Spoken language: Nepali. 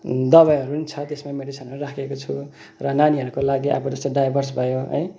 दवाईहरू पनि छ त्यसमा मेडिसिनहरू पनि राखेको छु र नानीहरूको लागि अब जस्तै डाइपर्स भयो है